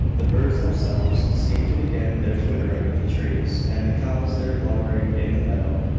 the birds themselves seemed to begin their twittering in the trees, and the cows their lowing in the meadow,